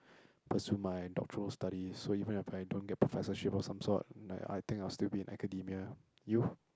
pursue my doctoral study so even if I don't get professorship of some sort like I think I'll still be in academia you